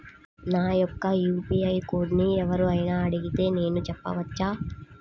నా యొక్క యూ.పీ.ఐ కోడ్ని ఎవరు అయినా అడిగితే నేను చెప్పవచ్చా?